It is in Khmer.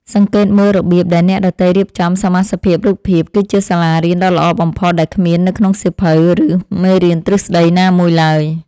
សង្កេតមើលរបៀបដែលអ្នកដទៃរៀបចំសមាសភាពរូបភាពគឺជាសាលារៀនដ៏ល្អបំផុតដែលគ្មាននៅក្នុងសៀវភៅ ឬ មេរៀនទ្រឹស្តីណាមួយឡើយ។